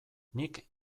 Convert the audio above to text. nik